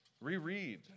Reread